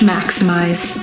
Maximize